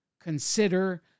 consider